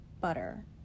butter